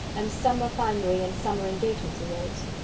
and summer finery and summer engagements arose.